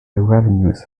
revenues